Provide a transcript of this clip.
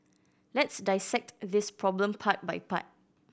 let's dissect this problem part by part